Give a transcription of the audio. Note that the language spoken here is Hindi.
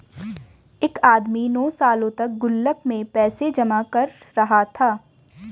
एक आदमी नौं सालों तक गुल्लक में पैसे जमा कर रहा था